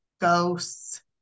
ghosts